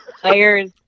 players